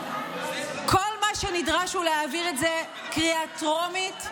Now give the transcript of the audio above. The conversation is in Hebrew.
כל מה שנדרש הוא להעביר את זה בקריאה טרומית,